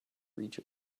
reach